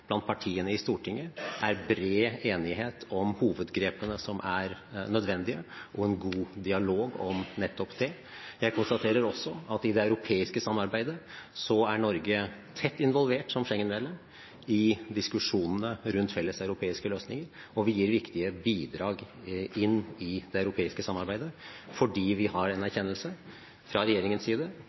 blant partiene i Stortinget, er bred enighet om hovedgrepene som er nødvendige, og en god dialog om nettopp det. Jeg konstaterer også at i det europeiske samarbeidet er Norge tett involvert som Schengen-medlem i diskusjonene rundt felles europeiske løsninger, og vi gir viktige bidrag inn i det europeiske samarbeidet, fordi vi fra regjeringens side har en